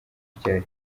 ryari